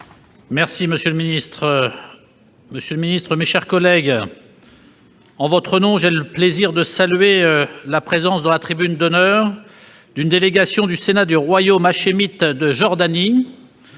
Monsieur le secrétaire d'État, mes chers collègues, en votre nom, j'ai le plaisir de saluer la présence, dans la tribune d'honneur, d'une délégation du Sénat du Royaume hachémite de Jordanie,